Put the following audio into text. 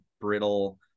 brittle